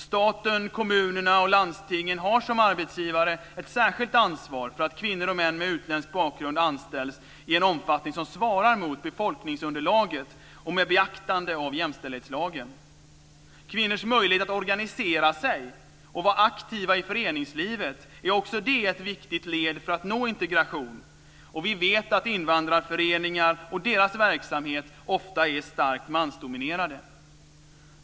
Staten, kommunerna och landstingen har som arbetsgivare ett särskilt ansvar för att kvinnor och män med utländsk bakgrund anställs i en omfattning som svarar mot befolkningsunderlaget och med beaktande av jämställdhetslagen. Kvinnors möjlighet att organisera sig och vara aktiva i föreningslivet är också ett viktigt led för att nå integration, och vi vet att invandrarföreningarna och deras verksamhet ofta är starkt mansdominerande.